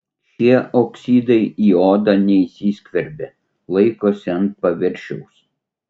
šie oksidai į odą neįsiskverbia laikosi ant paviršiaus